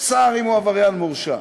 שר אם הוא עבריין מורשע.